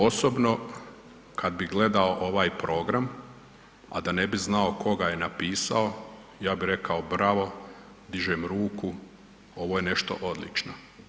Osobno kad bi gledao ovaj program, a da ne bi znao ko ga je napisao, ja bi rekao bravo, dižem ruku, ovo je nešto odlično.